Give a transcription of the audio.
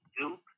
Duke